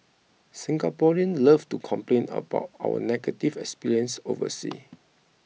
Singaporeans love to complain about our negative experiences overseas